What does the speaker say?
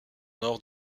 nord